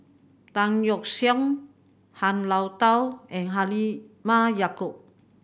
Tan Yeok Seong Han Lao Da and Halimah Yacob